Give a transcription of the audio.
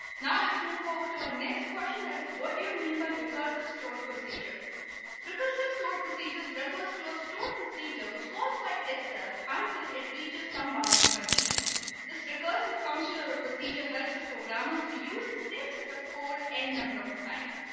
now, let's move over to our ah next question. that is what do you mean by recursive stored procedure recursive stored procedures refers to a stored procedure which caused by itself until it reaches some boundary condition this recursive function or procedure helps the programmers to use the same set of code n number of times.